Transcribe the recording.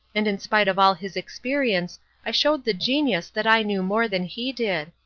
and in spite of all his experience i showed the genius that i knew more than he did.